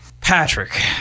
Patrick